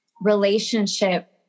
relationship